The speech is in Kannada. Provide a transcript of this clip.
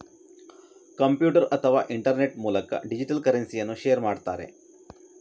ಕಂಪ್ಯೂಟರ್ ಅಥವಾ ಇಂಟರ್ನೆಟ್ ಮೂಲಕ ಡಿಜಿಟಲ್ ಕರೆನ್ಸಿಯನ್ನ ಶೇರ್ ಮಾಡ್ತಾರೆ